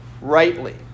rightly